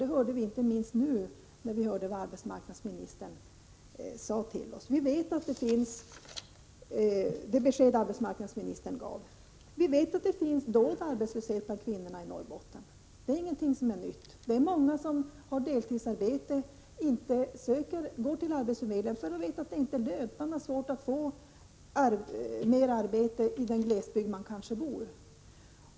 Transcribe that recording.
Det hörde vi inte minst nu av det besked arbetsmarknadsministern gav oss. Vi vet att det finns dold arbetslöshet bland kvinnorna i Norrbotten. Det är ingenting nytt. Det är många som har deltidsarbete, men som inte går till arbetsförmedlingen eftersom de vet att det inte är lönt. Man har kanske svårt att få mera arbete i den glesbygd där man bor.